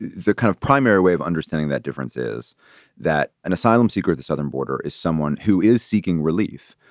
the kind of primary way of understanding that difference is that an asylum seeker at the southern border is someone who is seeking relief,